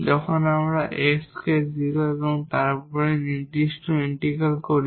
যখন আমরা এই X কে 0 এবং তারপর নির্দিষ্ট ইন্টিগ্রাল করি